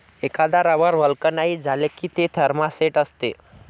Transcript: एकदा rubber vulcanise झाले की ते थर्मोसेट असते